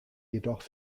jedoch